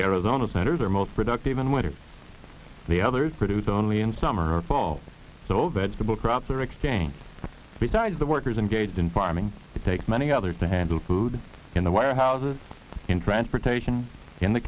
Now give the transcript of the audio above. arizona center there most productive in winter the others produce only in summer or fall so vegetable crops are exchange because the workers engaged in farming take many other to handle food in the warehouses in transportation in the